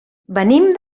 venim